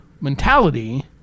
mentality